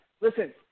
Listen